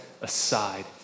aside